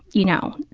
you know,